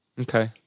Okay